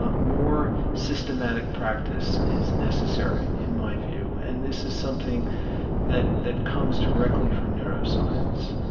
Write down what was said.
ah more systematic practice is necessary, in my view. and this is something that that comes directly from neuroscience.